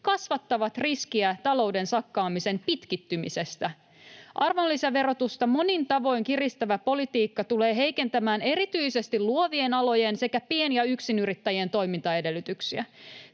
kasvattavat riskiä talouden sakkaamisen pitkittymiselle. Arvonlisäverotusta monin tavoin kiristävä politiikka tulee heikentämään erityisesti luovien alojen sekä pien- ja yksinyrittäjien toimintaedellytyksiä.